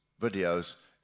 videos